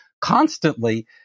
constantly